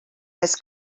més